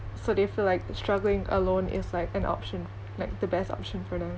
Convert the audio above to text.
so they feel like struggling alone is like an option like the best option for them